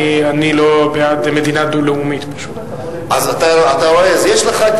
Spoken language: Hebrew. אבל הדיון הוא מעניין.